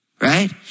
right